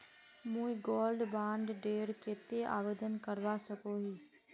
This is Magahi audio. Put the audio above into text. मुई गोल्ड बॉन्ड डेर केते आवेदन करवा सकोहो ही?